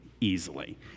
easily